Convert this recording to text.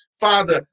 father